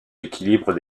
équilibres